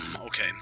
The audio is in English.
Okay